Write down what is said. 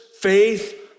faith